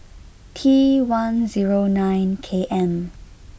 T one zero nine K M